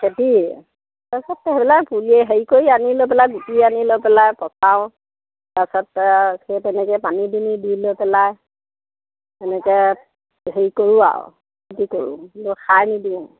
খেতি তাৰ পাছততো সেইবিলাক হেই কৰি আনি লৈ পেলাই গুটি আনি লৈ পেলাই পচাওঁ তাৰ পাছত সেই তেনেকৈ পানী দুনি দি লৈ পেলাই সেনেকৈ হেৰি কৰোঁ আৰু খেতি কৰোঁ কিন্তু সাৰ নিদিওঁ